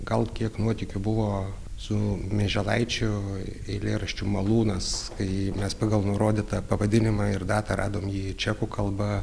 gal kiek nuotykių buvo su mieželaičio eilėraščių malūnas kai mes pagal nurodytą pavadinimą ir datą radome jį čekų kalba